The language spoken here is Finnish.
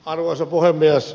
arvoisa puhemies